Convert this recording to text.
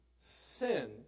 sin